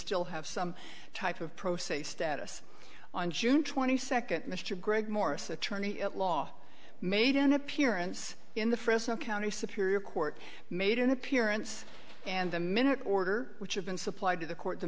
still have some type of pro se status on june twenty second mr greg morris attorney at law made an appearance in the fresno county superior court made an appearance and the minute order which had been supplied to the court the